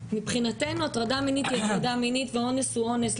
מבחינתנו הטרדה מינית היא הטרדה מינית ואונס הוא אונס,